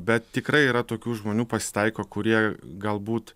bet tikrai yra tokių žmonių pasitaiko kurie galbūt